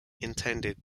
intended